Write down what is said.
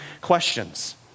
questions